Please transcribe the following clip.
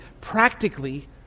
practically